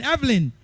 Evelyn